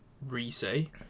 re-say